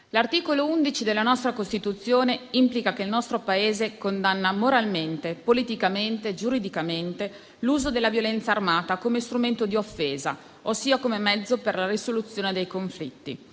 l'articolo 11 della Costituzione sancisce che il nostro Paese condanna moralmente, politicamente e giuridicamente l'uso della violenza armata come strumento di offesa, ossia come mezzo per la risoluzione dei conflitti.